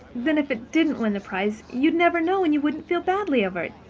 then, if it didn't win the prize, you'd never know and you wouldn't feel badly over it,